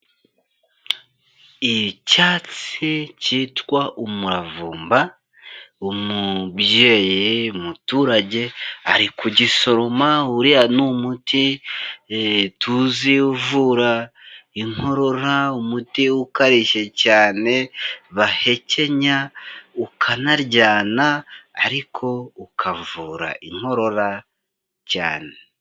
Icyatsi cyitwa umuravumba, umubyeyi umuturage ari kugisoroma, uriya ni umuti tuzi uvura inkorora, umuti ukarishye cyane bahekenya ukanaryana ariko ukavura inkorora cyane.